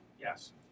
yes